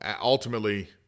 Ultimately